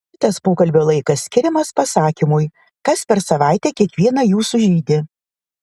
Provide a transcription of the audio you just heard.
kitas pokalbio laikas skiriamas pasakymui kas per savaitę kiekvieną jūsų žeidė